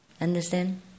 Understand